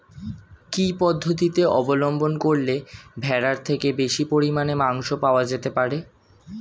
কি পদ্ধতিতে অবলম্বন করলে ভেড়ার থেকে বেশি পরিমাণে মাংস পাওয়া যেতে পারে?